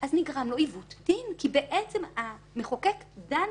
אז נגרם לו עיוות דין, כי בעצם המחוקק דן